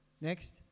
next